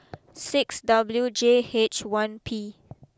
six W J H one P